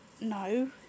No